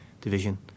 division